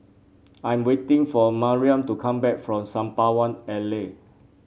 I am waiting for Mariam to come back from Sembawang Alley